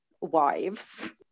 wives